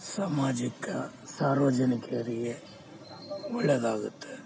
ಸಾಮಾಜಿಕ ಸಾರ್ವಜನಿಕರಿಗೆ ಒಳ್ಳೇದಾಗುತ್ತೆ